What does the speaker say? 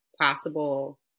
possible